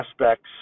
aspects